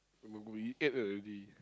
we we ate already